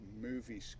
movie